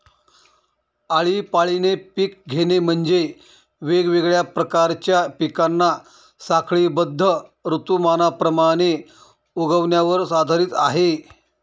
आळीपाळीने पिक घेणे म्हणजे, वेगवेगळ्या प्रकारच्या पिकांना साखळीबद्ध ऋतुमानाप्रमाणे उगवण्यावर आधारित आहे